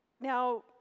Now